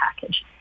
package